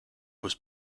was